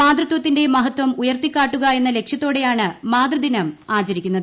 മാതൃത്വത്തിന്റെ മഹത്വം ഉയർത്തിക്കാട്ടുക എന്ന ലക്ഷ്യത്തോടെയാണ് മാതൃദിനം ആചരിക്കുന്നത്